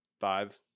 five